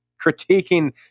critiquing